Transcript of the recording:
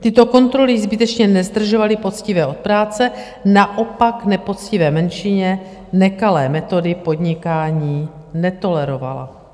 Tyto kontroly zbytečně nezdržovaly poctivé od práce, naopak nepoctivé menšině nekalé metody podnikání netolerovala.